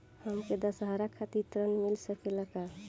हमके दशहारा खातिर ऋण मिल सकेला का?